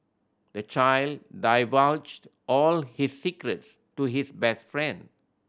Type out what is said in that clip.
the child divulged all his secrets to his best friend